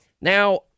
Now